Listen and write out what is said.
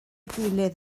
gilydd